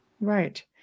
right